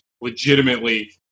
legitimately